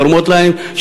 הן תורמות להם,